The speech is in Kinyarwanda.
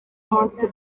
munsi